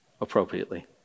appropriately